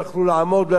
לא יכלו לזוז.